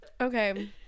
okay